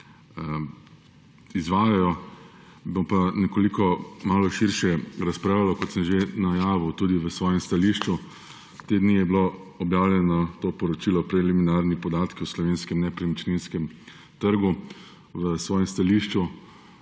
izvajajo. Bom pa nekoliko širše razpravljal, kot sem že najavil v svojem stališču. Te dni je bilo objavljeno to poročilo o preliminarnih podatkih o slovenskem nepremičninskem trgu. V svojem stališču